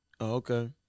okay